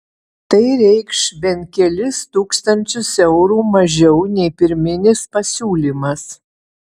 tai reikš bent kelis tūkstančius eurų mažiau nei pirminis pasiūlymas